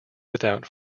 without